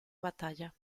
batalla